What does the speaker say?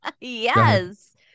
Yes